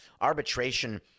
Arbitration